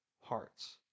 hearts